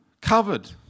covered